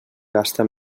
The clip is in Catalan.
gasta